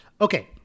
Okay